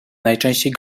najczęściej